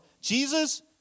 Jesus